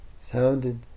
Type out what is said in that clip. sounded